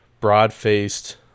broad-faced